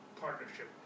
Partnership